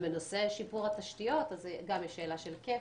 בנושא שיפור התשתיות יש שאלה של היקף,